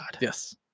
Yes